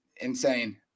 insane